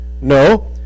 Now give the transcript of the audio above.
No